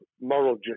moral